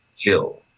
kill